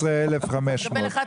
₪.